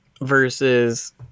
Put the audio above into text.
versus